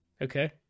Okay